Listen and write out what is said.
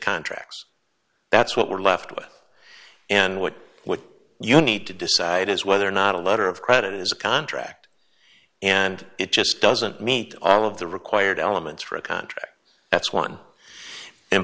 contracts that's what we're left with and what would you need to decide is whether or not a letter of credit is a contract and it just doesn't meet all of the required elements for a contract that's one in